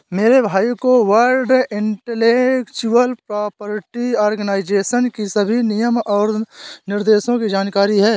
मेरे भाई को वर्ल्ड इंटेलेक्चुअल प्रॉपर्टी आर्गेनाईजेशन की सभी नियम और निर्देशों की जानकारी है